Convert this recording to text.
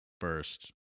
first